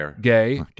gay